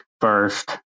first